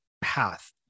path